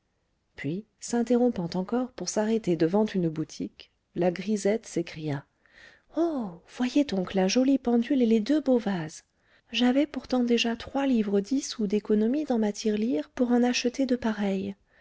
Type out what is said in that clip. puis s'interrompant encore pour s'arrêter devant une boutique la grisette s'écria oh voyez donc la jolie pendule et les deux beaux vases j'avais pourtant déjà trois livres dix sous d'économie dans ma tirelire pour en acheter de pareils